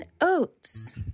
oats